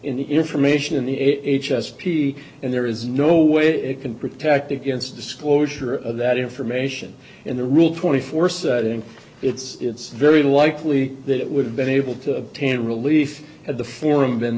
in the information in the age s p and there is no way it can protect against disclosure of that information in the rule twenty four said and it's it's very likely that it would have been able to obtain relief at the forum been